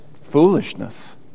foolishness